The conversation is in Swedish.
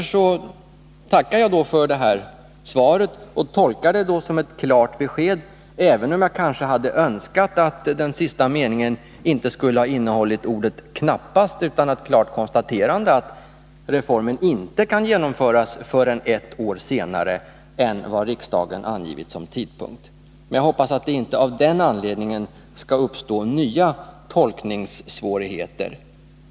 Jag tackar alltså för svaret, och jag tolkar det som ett klart besked, även om jag hade önskat att den sista meningen inte skulle ha innehållit ordet ”knappast” utan ett klart konstaterande att reformen inte kan genomföras förrän ett år senare än vad riksdagen angivit som tidpunkt. Men jag hoppas att det inte av den anledningen skall uppstå nya tolkningssvårigheter.